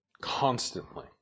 Constantly